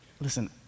listen